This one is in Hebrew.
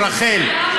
רחל,